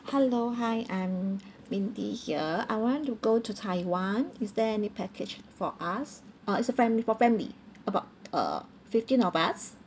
hello hi I'm mindy here I want to go to taiwan is there any package for us uh it's a family for family about uh fifteen of us